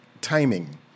timing